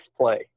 play